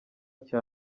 cya